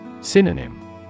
Synonym